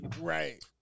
Right